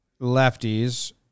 lefties